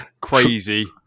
crazy